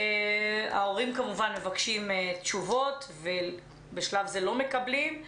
ההורים מבקשים תשובות, ובשלב זה לא מקבלים.